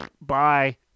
Bye